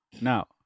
now